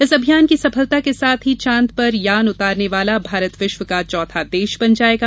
इस अभियान की सफलता के साथ ही चांद पर यान उतारने वाला भारत विश्व का चौथा देश बन जाएगा